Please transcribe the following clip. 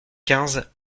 quinze